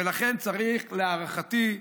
ולכן צריך, להערכתי,